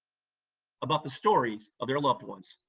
about the stories of their loved ones,